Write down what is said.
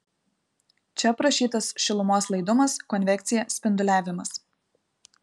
čia aprašytas šilumos laidumas konvekcija spinduliavimas